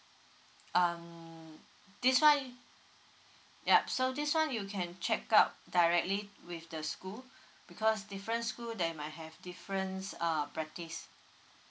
um this one yup so this one you can check out directly with the school because different school they might have difference uh practice